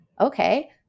okay